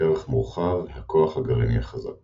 ערך מורחב – הכוח הגרעיני החזק